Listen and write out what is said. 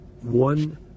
one